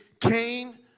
Cain